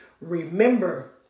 Remember